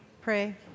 pray